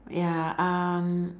ya um